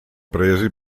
presi